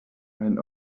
and